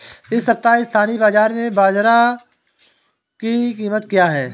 इस सप्ताह स्थानीय बाज़ार में बाजरा की कीमत क्या है?